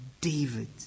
David